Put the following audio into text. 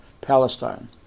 Palestine